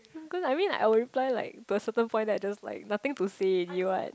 cause I mean I will reply like to a certain point then I just like nothing to say already what